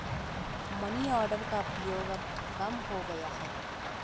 money order का प्रयोग अब कम हो गया है